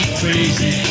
crazy